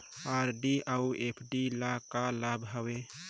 RD अऊ FD ल का लाभ हवे?